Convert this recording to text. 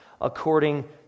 According